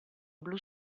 blu